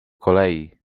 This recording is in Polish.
kolej